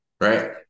right